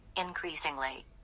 Increasingly